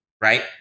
right